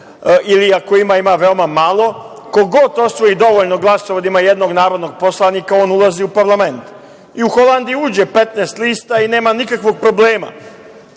ili ako ima, ima veoma malo. Ko god osvoji dovoljno glasova da ima jednog narodnog poslanika, on ulazi u parlament i u Holandiji uđe 15 lista i nema nikakvog problema. Ta